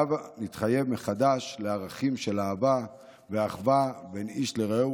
הבה נתחייב מחדש לערכים של אהבה ואחווה בין איש לרעהו,